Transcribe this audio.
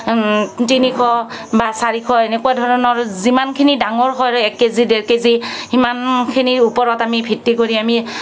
তিনিশ বা চাৰিশ এনেকুৱা ধৰণৰ যিমানখিনি ডাঙৰ হয় আৰু এক কেজি ডেৰ কেজি সিমানখিনিৰ ওপৰত আমি ভিত্তি কৰি আমি